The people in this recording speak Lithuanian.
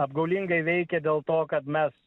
apgaulingai veikė dėl to kad mes